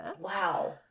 Wow